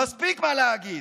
מספיק מה להגיד.